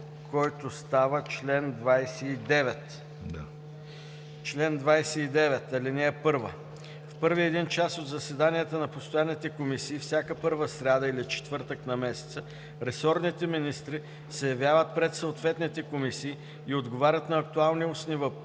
който става чл. 29: „Чл. 29. (1) В първия един час от заседанията на постоянните комисии, всяка първа сряда или четвъртък на месеца, ресорните министри се явяват пред съответните комисии и отговарят на актуални устни въпроси,